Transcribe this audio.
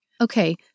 Okay